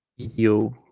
you